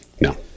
No